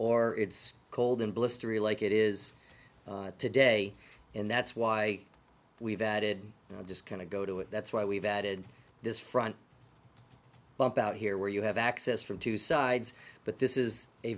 or it's cold and blustery like it is today and that's why we've added just kind of go to it that's why we've added this front bump out here where you have access from two sides but this is a